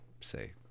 say